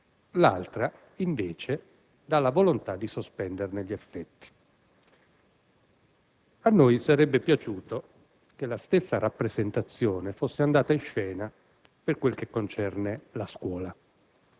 l'altra, invece, dalla volontà di sospenderne gli effetti. A noi sarebbe piaciuto che la stessa rappresentazione fosse andata in scena per quel che concerne la scuola.